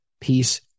peace